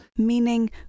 Meaning